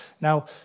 Now